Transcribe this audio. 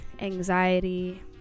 anxiety